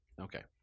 Okay